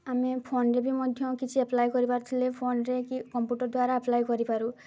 ଆମେ ଫୋନ୍ରେ ବି ମଧ୍ୟ କିଛି ଆପ୍ଲାଏ କରିପାରିଲେ ଫୋନ୍ରେ କି କମ୍ପ୍ୟୁଟର୍ ଦ୍ୱାରା ଆପ୍ଲାଏ କରିପାରୁ